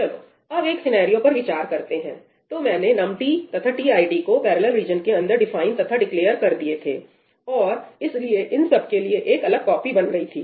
चलो अब एक सिनेरियो पर विचार करते हैंतो मैंने num t तथा tid को पैरेलल रीजन के अंदर डिफाइन तथा डिक्लेअर कर दिए थे और इसलिए इन सब के लिए एकअलग कॉपी बन गई थी